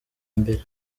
mbere